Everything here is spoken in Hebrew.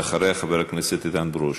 ואחריה, חבר הכנסת איתן ברושי.